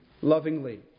lovingly